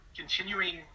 continuing